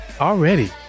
already